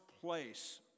place